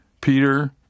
Peter